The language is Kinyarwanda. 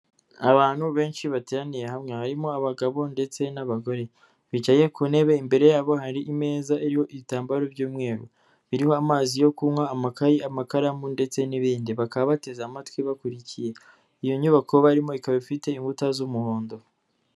Abantu benshi bateraniye hamwe, harimo abagabo ndetse n'abagore, bicaye ku ntebe imbere yabo hari imeza iriho ibitambaro by'umweru, iriho amazi yo kunywa, amakayi, amakaramu ndetse n'ibindi, bakaba bateze amatwi bakurikiye, iyo nyubako barimo ikaba ifite inkuta z'umuhondo.